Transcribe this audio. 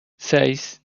seis